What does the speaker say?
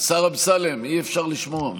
השר אמסלם, אי-אפשר לשמוע.